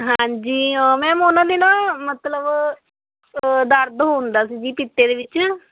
ਹਾਂਜੀ ਉਹ ਮੈਮ ਉਹਨਾਂ ਦੇ ਨਾ ਮਤਲਬ ਦਰਦ ਹੁੰਦਾ ਸੀ ਜੀ ਪਿੱਤੇ ਦੇ ਵਿੱਚ